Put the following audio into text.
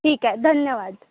ठीके धन्यवाद